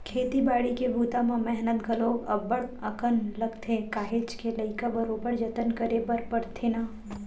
खेती बाड़ी के बूता म मेहनत घलोक अब्ब्ड़ अकन लगथे काहेच के लइका बरोबर जतन करे बर परथे ना